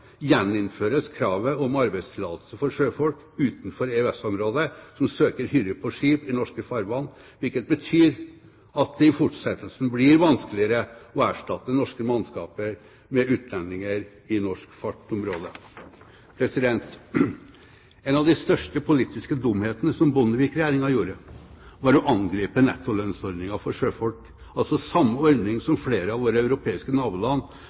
gjeninnføres kravet om arbeidstillatelse for sjøfolk utenfor EØS-området som søker hyre på skip i norske farvann, hvilket betyr at det i fortsettelsen blir vanskeligere å erstatte norske mannskaper med utlendinger i norsk fartsområde. En av de største politiske dumhetene Bondevik-regjeringen gjorde, var å angripe nettolønnsordningen for sjøfolk – altså samme ordning som flere av våre europeiske naboland